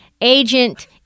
agent